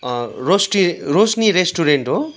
रोस्टी Roshni restaurant हो